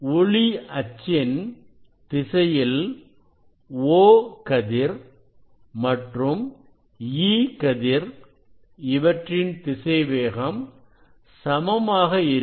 ஒளி அச்சின் திசையில் O கதிர் மற்றும் E கதிர் இவற்றின் திசைவேகம் சமமாக இருக்கும்